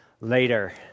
later